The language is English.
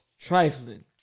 Trifling